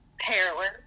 Heroin